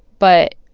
but